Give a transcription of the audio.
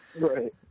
Right